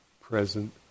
present